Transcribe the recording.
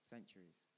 Centuries